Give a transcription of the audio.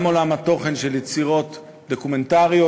גם עולם התוכן של יצירות דוקומנטריות,